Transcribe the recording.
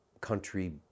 country